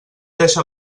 deixat